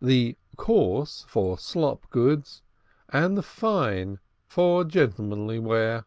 the coarse for slop goods and the fine for gentlemanly wear.